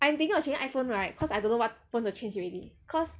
I am thinking of changing iphone right cause I don't know what phone to change already cause